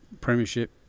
Premiership